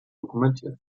dokumentiert